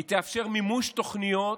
היא תאפשר מימוש תוכניות,